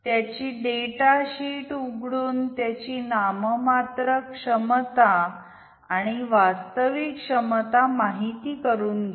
त्याची data sheet उघडून त्याची नाममात्र क्षमता आणि वास्तविक क्षमता माहिती करून घ्या